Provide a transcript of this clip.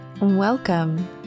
Welcome